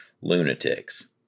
lunatics